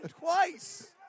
twice